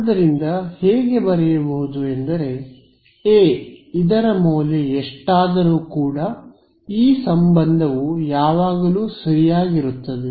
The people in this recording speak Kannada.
ಆದ್ದರಿಂದ ಹೇಗೆ ಬರೆಯಬಹುದು ಎಂದರೆ ಎ ಇದರ ಮೌಲ್ಯ ಎಷ್ಟಾದರೂ ಕೂಡ ಈ ಸಂಬಂಧವು ಯಾವಾಗಲೂ ಸರಿಯಾಗಿರುತ್ತದೆ